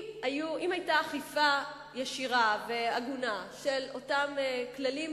אם היתה אכיפה ישירה והגונה של אותם כללים